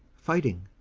fighting,